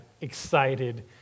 excited